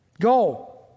Go